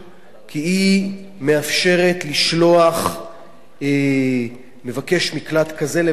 כי היא מאפשרת לשלוח מבקש מקלט כזה למאסר